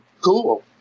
Cool